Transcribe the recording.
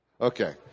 Okay